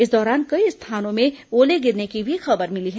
इस दौरान कई स्थानों में ओले गिरने की भी खबर है